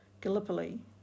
Gallipoli